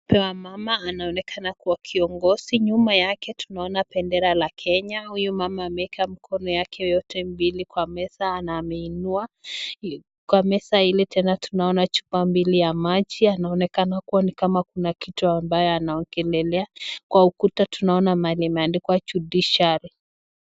Ni mmama ambao anaonekana kua kiongozi nyuma yake huyo mama ameweka mikono yake hiyo yote mbili kwa meza na ameinua. Kwa meza hili tunaona chupa mbili ya maji anaonekana ni kama kuna kitu ambaye anaongelelea, kwa ukuta mahali imeandikwa Judiciary.